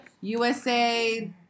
USA